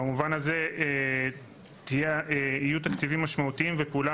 במובן הזה יהיו תקציבים משמעותיים ופעולה